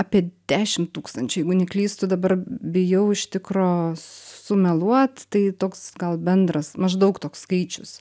apie dešim tūkstančių jeigu neklystu dabar bijau iš tikro sumeluot tai toks gal bendras maždaug toks skaičius